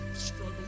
struggle